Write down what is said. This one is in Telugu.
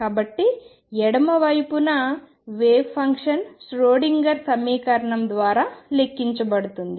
కాబట్టి ఎడమ వైపున వేవ్ ఫంక్షన్ ష్రోడింగర్ సమీకరణం ద్వారా లెక్కించబడుతుంది